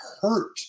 hurt